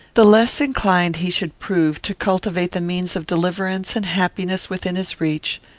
the less inclined he should prove to cultivate the means of deliverance and happiness within his reach,